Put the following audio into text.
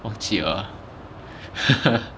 忘记了啊